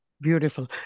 Beautiful